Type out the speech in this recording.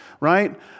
right